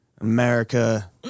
America